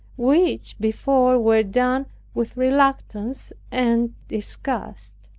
which before were done with reluctance and disgust.